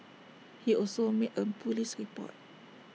he also made A Police report